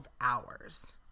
hours